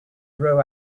grow